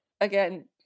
again